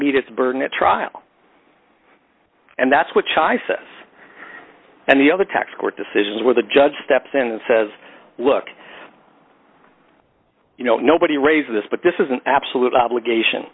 meet its burden at trial and that's which i sense and the other tax court decisions where the judge steps in and says look you know nobody raised this but this is an absolute obligation